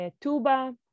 Tuba